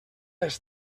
les